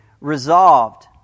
Resolved